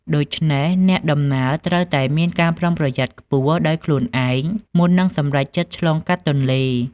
ដូច្នេះអ្នកដំណើរត្រូវតែមានការប្រុងប្រយ័ត្នខ្ពស់ដោយខ្លួនឯងមុននឹងសម្រេចចិត្តឆ្លងកាត់ទន្លេ។